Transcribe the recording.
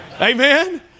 amen